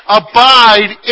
abide